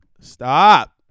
Stop